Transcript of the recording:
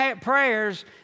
prayers